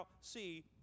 see